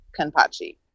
Kanpachi